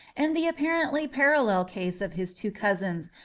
and the apparently parallel case of his two cousins,